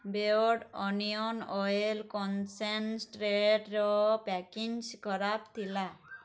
ବେୟର୍ଡ଼ୋ onion oil କନ୍ସେନ୍ଟ୍ରେଟ୍ର packaging ଖରାପ ଥିଲା